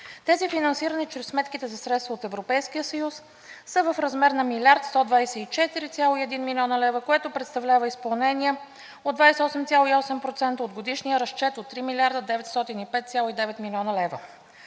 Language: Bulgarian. Тези финансирани чрез сметките за средства от Европейския съюз са в размер на 1 млрд. 124,1 млн. лв., което представлява изпълнение от 28,8% от годишния разчет от 3 млрд. 905,9 млн. лв.